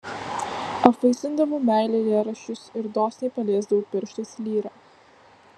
apvaisindavau meile eilėraščius ir dosniai paliesdavau pirštais lyrą